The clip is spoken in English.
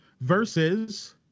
versus